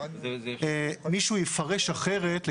מישהו יפרש אחרת.